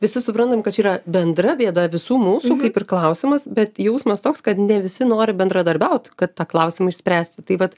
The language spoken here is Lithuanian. visi suprantam kad čia yra bendra bėda visų mūsų kaip ir klausimas bet jausmas toks kad ne visi nori bendradarbiaut kad tą klausimą išspręsti tai vat